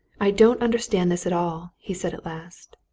i don't understand this at all, he said at last.